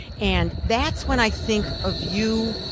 and that's when i think of you,